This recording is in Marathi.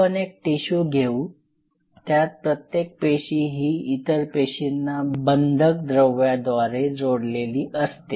आपण एक टिशू घेऊ त्यात प्रत्येक पेशी ही इतर पेशींना बंधक द्रव्याद्वारे जोडलेली असते